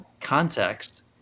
context